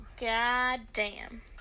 Goddamn